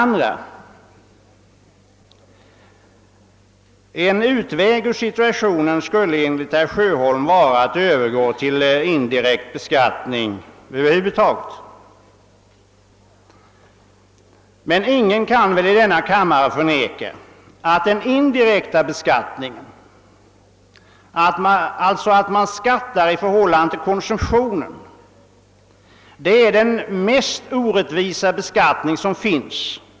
Vidare menar herr Sjöholm att det vore en utväg att övergå till indirekt beskattning i största allmänhet, men ingen i denna kammare kan väl förneka att den indirekta beskattningen, d.v.s. systemet med skatt i förhållande till konsumtionen, är den mest orättvisa beskattningen.